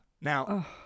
now